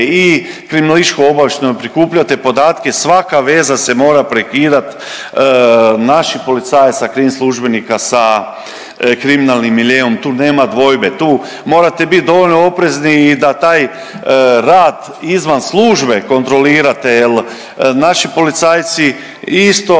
i kriminalistički-obavještajno prikupljate podatke. Svaka veza se mora prekidat naših policajaca, krim službenika sa kriminalnim miljeom, tu nema dvojbe. Tu morate biti dovoljno oprezni i da taj rad izvan službe kontrolirate jel naši policajci isto